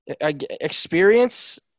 experience